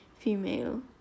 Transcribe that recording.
female